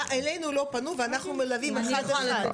אלינו לא פנו, ואנחנו מלווים אחד אחד.